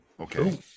Okay